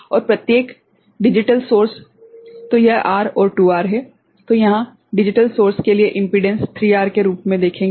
और प्रत्येक डिजिटल स्रोत तो यह R और 2R है तो यहाँ डिजिटल स्रोत के लिए इम्पीडेंस 3R के रूप में देखेंगे